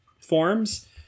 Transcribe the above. forms